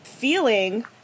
Feeling